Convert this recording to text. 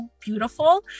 beautiful